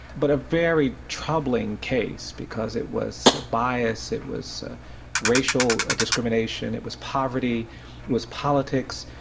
but a very troubling case, because it was bias, it was racial discrimination, it was poverty, it was politics,